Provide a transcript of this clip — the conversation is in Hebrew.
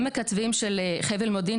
עמק הצבאים של חבל מודיעין,